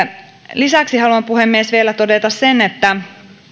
lisäksi haluan puhemies vielä todeta sen että